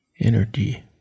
energy